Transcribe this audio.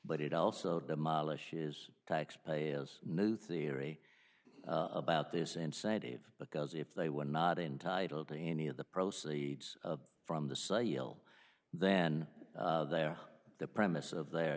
but it also demolish is taxpayers new theory about this incentive because if they were not entitled to any of the proceeds from the sale then there the premise of their